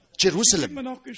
Jerusalem